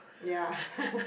ya